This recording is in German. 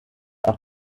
auch